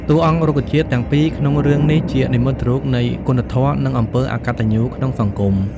តួអង្គរុក្ខជាតិទាំងពីរក្នុងរឿងនេះជានិមិត្តរូបនៃគុណធម៌និងអំពើអកតញ្ញូក្នុងសង្គម។